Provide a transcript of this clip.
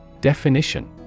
Definition